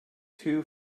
two